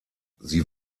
sie